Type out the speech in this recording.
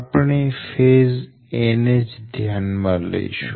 આપણે phase 'a' ને જ ધ્યાન માં લઈશું